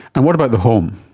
and what about the home?